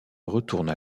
retourne